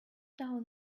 down